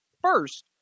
first